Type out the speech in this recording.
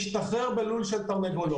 שמשתחרר בלול של תרנגולות.